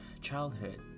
childhood